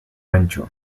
ancho